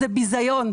זה ביזיון.